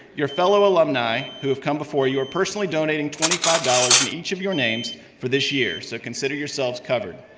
your fellow alumni who have come before you are personally donating twenty five dollars in each of your names for this year, so consider yourselves covered.